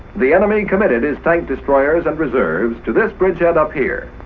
the enemy committed his tank destroyers and reserves to this bridgehead up here.